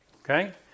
Okay